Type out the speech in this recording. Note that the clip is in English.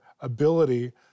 ability